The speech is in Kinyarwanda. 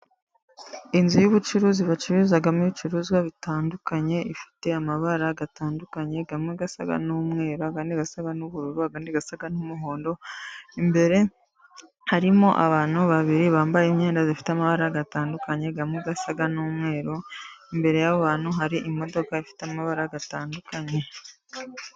Inzu y'ubucuruzi bacururizamo ibicuruzwa bitandukanye, ifite amabara atandukanye amwe asa n'umweru, andi asa n'ubururu, andi asa n'umuhondo. Imbere harimo abantu babiri bambaye imyenda ifite amabara atandukanye amwe asa n'umweru. Imbere y'abantu hari imodoka ifite amabara atandukanye.